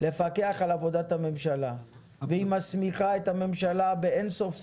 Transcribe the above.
לפקח על עבודת הממשלה והיא מסמיכה את הממשלה באין סוף סמכויות.